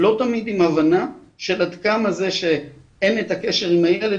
לא תמיד עם הבנה שעד כמה זה שאין את הקשר עם הילד,